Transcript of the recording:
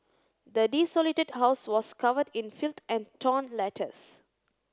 the desolated house was covered in filth and torn letters